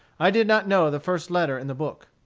i did not know the first letter in the book.